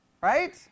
right